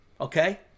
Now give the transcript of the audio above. okay